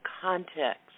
context